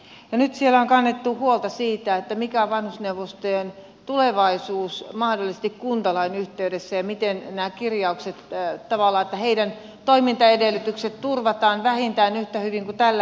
nyt siellä on kannettu huolta siitä mikä on vanhusneuvostojen tulevaisuus mahdollisesti kuntalain yhteydessä ja miten tehdään nämä kirjaukset tavallaan että niiden toimintaedellytykset turvataan vähintään yhtä hyvin kuin miten tällä hetkelläkin on